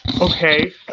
okay